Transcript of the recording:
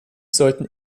sollten